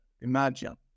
imagine